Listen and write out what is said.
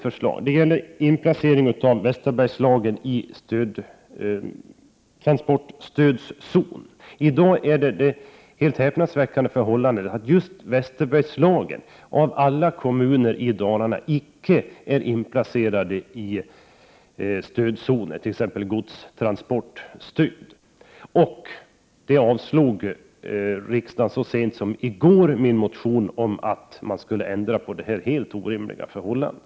För det andra: En inplacering av Västerbergslagen i transportstödzonen. I dag råder det helt häpnadsväckande förhållandet att just Västerbergslagen av alla kommuner i Dalarna icke är inplacerad i transportstödzonen, t.ex. när det gäller godstransportstöd. Så sent som i går avslog riksdagen min motion om att man skall ändra på detta helt orimliga förhållande.